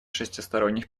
шестисторонних